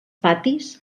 patis